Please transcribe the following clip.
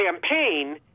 campaign